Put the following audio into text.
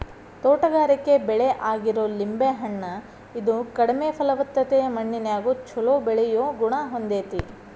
ತೋಟಗಾರಿಕೆ ಬೆಳೆ ಆಗಿರೋ ಲಿಂಬೆ ಹಣ್ಣ, ಇದು ಕಡಿಮೆ ಫಲವತ್ತತೆಯ ಮಣ್ಣಿನ್ಯಾಗು ಚೊಲೋ ಬೆಳಿಯೋ ಗುಣ ಹೊಂದೇತಿ